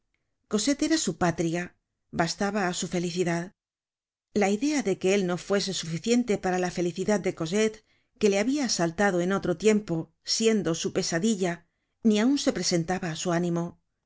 cosette era su patria bastaba á su felicidad la idea de que él no fuese suficiente para la felicidad de cosette que le habia asaltado en otro tiempo siendo su pesadilla ni aun se presentaba á su ánimo